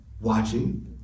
watching